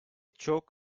çok